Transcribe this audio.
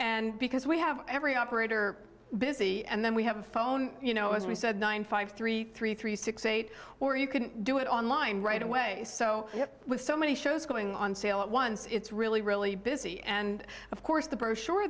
and because we have every operator busy and then we have a phone you know as we said nine five three three three six eight or you can do it online right away so with so many shows going on sale at once it's really really busy and of course the brochure